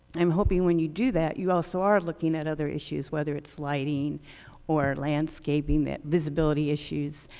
i'm hoping when you do that, you also are looking at other issues, whether it's lighting or landscaping that visibility issues.